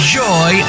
joy